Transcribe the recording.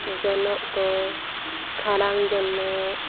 ᱡᱚᱱᱚᱜ ᱠᱚ ᱠᱷᱟᱲᱟᱝ ᱡᱚᱱᱚᱜ